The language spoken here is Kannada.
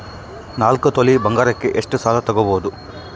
ನಾಲ್ಕು ತೊಲಿ ಬಂಗಾರಕ್ಕೆ ಎಷ್ಟು ಸಾಲ ತಗಬೋದು?